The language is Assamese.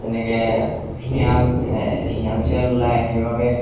যেনেকে শিয়াল শিয়াল চিয়াল ওলায় সেইবাবে